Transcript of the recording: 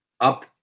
up